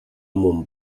mon